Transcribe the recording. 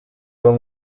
uwo